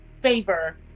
favor